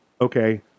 Okay